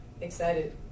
excited